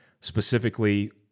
specifically